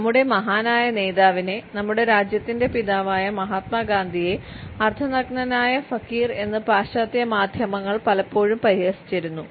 നമ്മുടെ മഹാനായ നേതാവിനെ നമ്മുടെ രാജ്യത്തിന്റെ പിതാവായ മഹാത്മാഗാന്ധിയെ അർദ്ധ നഗ്നനായ ഫക്കീർ എന്ന് പാശ്ചാത്യ മാധ്യമങ്ങൾ പലപ്പോഴും പരിഹസിച്ചിരുന്നു